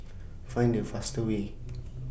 Find The fastest Way